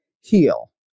heal